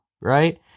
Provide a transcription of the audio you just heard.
right